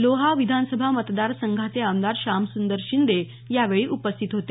लोहा विधानसभा मतदार संघाचे आमदार श्यामसुंदर शिंदे यावेळी उपस्थित होते